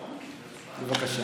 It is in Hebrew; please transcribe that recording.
בבקשה.